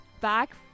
back